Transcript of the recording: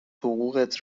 حقوقت